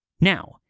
Now